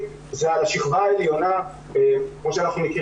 תיכף ד"ר גיורא ירון שעומד בראש פורום ההייטק ידבר